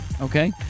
Okay